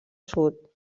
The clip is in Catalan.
sud